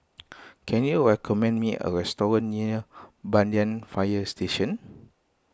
can you recommend me a restaurant near Banyan Fire Station